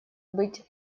быть